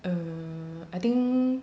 err I think